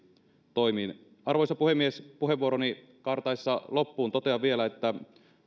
toimiin arvoisa puhemies puheenvuoroni kaartaessa loppuun totean vielä että on